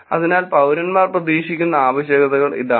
അതിനാൽ പൌരന്മാർ പ്രതീക്ഷിക്കുന്ന ആവശ്യകതകൾ ഇതാണ്